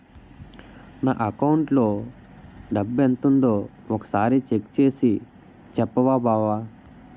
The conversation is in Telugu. నా అకౌంటులో డబ్బెంతుందో ఒక సారి చెక్ చేసి చెప్పవా బావా